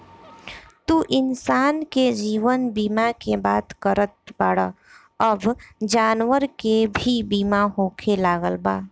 तू इंसान के जीवन बीमा के बात करत बाड़ऽ अब जानवर के भी बीमा होखे लागल बा